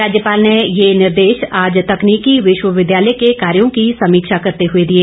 राज्यपाल ने यह निर्देश आज तकनीकी विश्वविद्यालय के कार्यों की समीक्षा करते हुए दिए